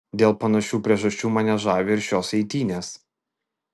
dėl panašių priežasčių mane žavi ir šios eitynės